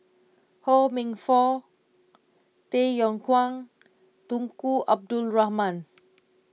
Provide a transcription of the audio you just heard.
Ho Minfong Tay Yong Kwang Tunku Abdul Rahman